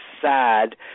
sad